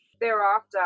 thereafter